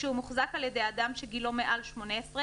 כשהוא מוחזק על ידי אדם שגילו מעל 18,